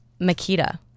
Makita